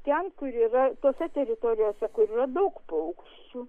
ten kur yra tose teritorijose kur yra daug paukščių